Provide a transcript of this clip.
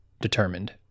determined